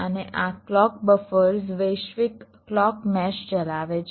અને આ clock buffers વૈશ્વિક ક્લૉક મેશ ચલાવે છે